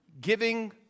giving